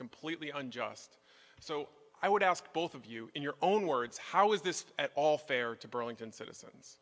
completely unjust so i would ask both of you in your own words how is this at all fair to burlington citizens